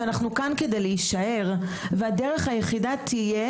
שאנחנו כאן כדי להישאר והדרך היחידה תהיה,